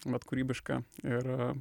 vat kūrybiška ir